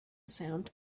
sound